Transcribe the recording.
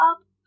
up